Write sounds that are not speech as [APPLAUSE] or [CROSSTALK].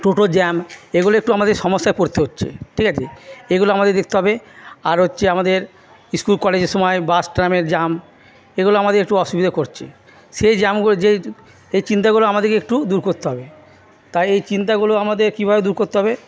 টোটোর জ্যাম এগুলো একটু আমাদের সমস্যায় পড়তে হচ্ছে ঠিক আছে এগুলো আমাদের দেখতে হবে আর হচ্ছে আমাদের স্কুল কলেজের সময় বাস ট্রামের জ্যাম এগুলো আমাদের একটু অসুবিধা করছে সেই জ্যামগুলো যে [UNINTELLIGIBLE] এই চিন্তাগুলো আমাদেরকে একটু দূর করতে হবে তাই এই চিন্তাগুলো আমাদের কীভাবে দূর করতে হবে